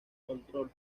control